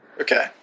Okay